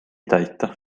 täita